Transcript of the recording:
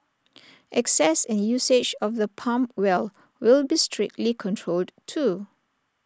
access and usage of the pump well will be strictly controlled too